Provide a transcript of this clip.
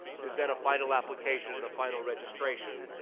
there's then a final application and a final registration.